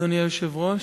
אדוני היושב-ראש,